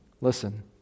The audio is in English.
Listen